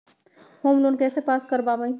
Home loan कैसे pass कर बाबई?